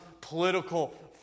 political